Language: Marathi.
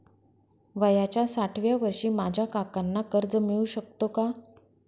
वयाच्या साठाव्या वर्षी माझ्या काकांना कर्ज मिळू शकतो का?